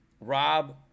Rob